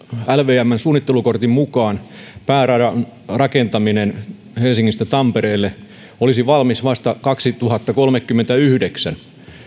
lvmn suunnittelukortin mukaan pääradan rakentaminen helsingistä tampereelle olisi valmis vasta kaksituhattakolmekymmentäyhdeksän